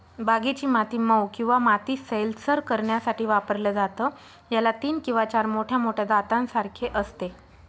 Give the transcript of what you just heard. बागेची माती मऊ किंवा माती सैलसर करण्यासाठी वापरलं जातं, याला तीन किंवा चार मोठ्या मोठ्या दातांसारखे असते